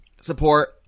Support